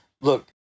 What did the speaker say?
Look